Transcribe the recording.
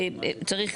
צריך,